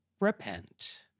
repent